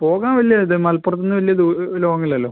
പോകാൻ വലിയ ഇത് മലപ്പുറത്തുനിന്ന് വലിയ ദൂ ഇത് ലോങ്ങ് ഇല്ലല്ലോ